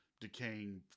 decaying